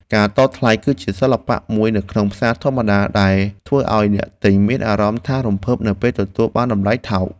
ការតថ្លៃគឺជាសិល្បៈមួយនៅក្នុងផ្សារធម្មតាដែលធ្វើឱ្យអ្នកទិញមានអារម្មណ៍ថារំភើបនៅពេលទទួលបានតម្លៃថោក។